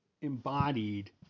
embodied